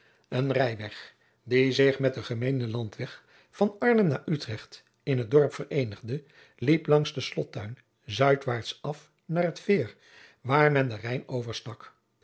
een rijweg die zich met den gemeenen landweg van arnhem naar utrecht in het dorp vereenigde liep langs den slottuin zuid waart af naar het veer waar men den rijn overstak